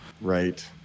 right